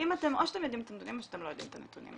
או שאתם יודעים את הנתונים או שאתם לא יודעים את הנתונים.